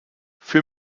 für